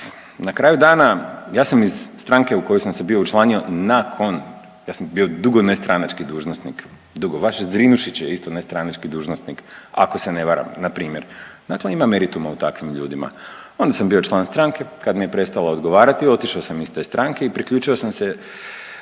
na kraju dana, ja sam iz stranke u koju sam se bio učlanio nakon, ja sam bio dugo nestranački dužnosnik. Dugo. Vaš Zrinušić je isto nestranački dužnosnik ako se ne varam na primjer. Dakle, ima merituma u takvim ljudima. Onda sam bio član stranke. Kad mi je prestalo odgovarati otišao sam iz te stranke i priključio sam se